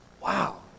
wow